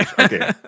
Okay